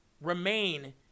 remain